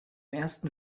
ersten